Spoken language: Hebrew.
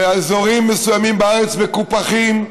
שאזורים מסוימים בארץ מקופחים,